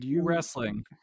wrestling